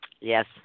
Yes